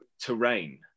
terrain